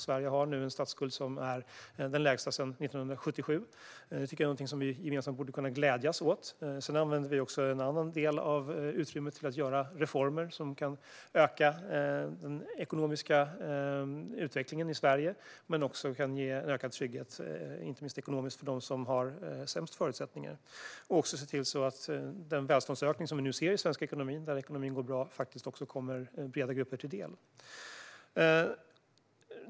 Sverige har nu en statsskuld som är den lägsta sedan 1977. Det är någonting som vi gemensamt borde kunna glädjas åt. Vi använder också en annan del av utrymmet till att göra reformer som kan öka den ekonomiska utvecklingen i Sverige och också ge ökad trygghet inte minst ekonomiskt för dem som har sämst förutsättningar. Vi ser också till att den välståndsökning vi nu ser i svensk ekonomi, där ekonomin går bra, kommer breda grupper till del.